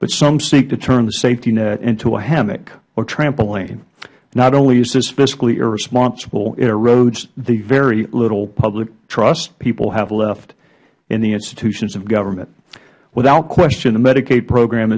nt some seek to turn the safety net into a hammock or trampoline not only is this fiscally irresponsible it erodes the very little public trust people have left in the institutions of government without question the medicaid program